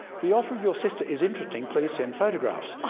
the offer of your sister is interesting. please send photographs